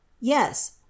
Yes